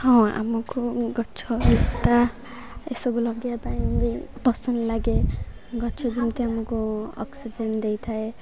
ହଁ ଆମକୁ ଗଛ ଲତା ଏସବୁ ଲଗାଇବା ପାଇଁ ବି ପସନ୍ଦ ଲାଗେ ଗଛ ଯେମିତି ଆମକୁ ଅକ୍ସିଜେନ୍ ଦେଇଥାଏ